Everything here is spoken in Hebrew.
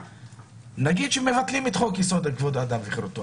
נגיד שמבטלים את חוק-יסוד: כבוד האדם וחירותו,